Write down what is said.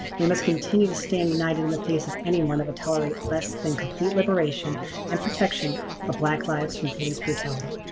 we must continue to stand united in the face of anyone that would tolerate less than complete liberation and protection of black lives from police brutality.